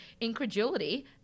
incredulity